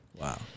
Wow